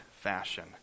fashion